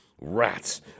Rats